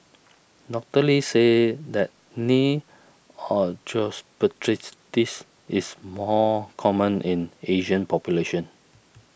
Doctor Lee said that knee osteoarthritis is more common in Asian population